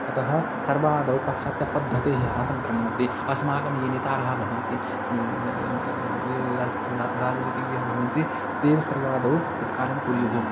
अतः सर्वादौ पाश्चात्यपद्धतेः ह्रासं करणीयमस्ति अस्माकं ये नेतारः भवन्ति र राजनीतिज्ञः भवन्ति तेव सर्वादौ तत्कारं कुर्युः